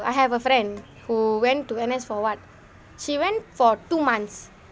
I have a friend who went to N_S for what she went for two months